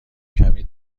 کمی